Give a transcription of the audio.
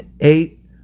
eight